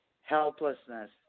Helplessness